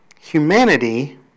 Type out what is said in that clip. humanity